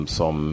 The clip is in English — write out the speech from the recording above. som